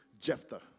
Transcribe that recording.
Jephthah